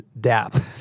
dap